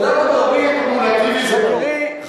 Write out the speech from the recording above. הודעת ברבים, אם זה קומולטיבי זה ברור.